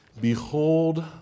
Behold